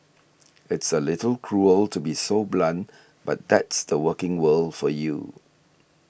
it's a little cruel to be so blunt but that's the working world for you